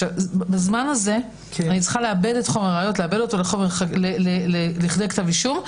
בזמן הזה אני צריכה לעבד את חומר הראיות לכדי כתב אישום,